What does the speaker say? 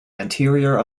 anterior